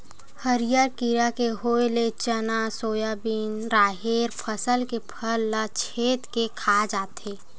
हरियर कीरा के होय ले चना, सोयाबिन, राहेर फसल के फर ल छेंद के खा जाथे